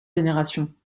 générations